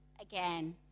again